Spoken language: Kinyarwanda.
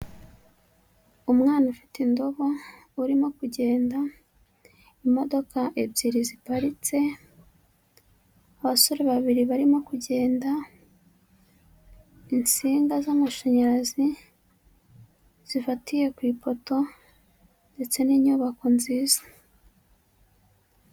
Umwana ufite indobo, urimo kugenda, imodoka ebyiri ziparitse, abasore babiri barimo kugenda, insinga z'amashanyarazi zifatiye ku ipoto ndetse n'inyubako nziza.